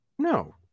No